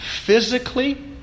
physically